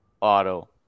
auto